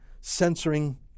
censoring